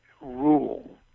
rule